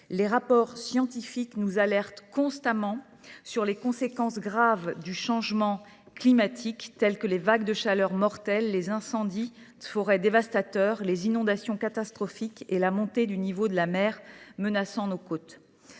Les rapports scientifiques nous alertent constamment sur les conséquences graves du changement climatique, telles que les vagues de chaleur mortelles, les incendies de forêt dévastateurs, les inondations catastrophiques et la montée du niveau de la mer menaçant nos côtes.